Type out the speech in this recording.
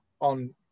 on